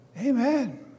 Amen